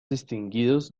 distinguidos